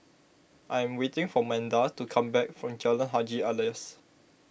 I am waiting for Manda to come back from Jalan Haji Alias